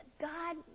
God